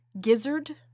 Gizzard